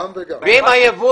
גם וגם.